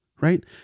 right